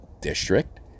district